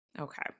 Okay